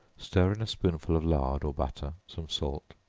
stir in a spoonful of lard or butter, some salt,